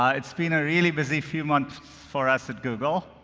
ah it's been a really busy few months for us at google.